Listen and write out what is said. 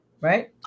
right